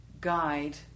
guide